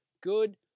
good